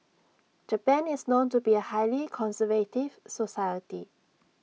Japan is known to be A highly conservative society